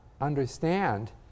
understand